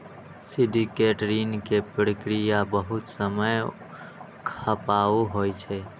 syndicate ऋण के प्रक्रिया बहुत समय खपाऊ होइ छै